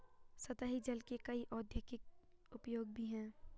सतही जल के कई औद्योगिक उपयोग भी हैं